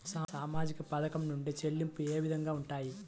సామాజిక పథకం నుండి చెల్లింపులు ఏ విధంగా ఉంటాయి?